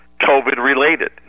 COVID-related